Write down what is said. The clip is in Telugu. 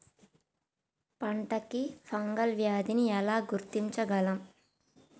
పంట కి ఫంగల్ వ్యాధి ని ఎలా గుర్తించగలం?